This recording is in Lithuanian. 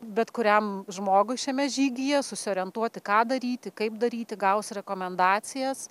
bet kuriam žmogui šiame žygyje susiorientuoti ką daryti kaip daryti gaus rekomendacijas